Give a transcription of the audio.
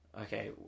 okay